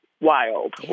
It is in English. wild